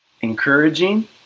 encouraging